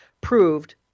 proved